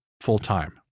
full-time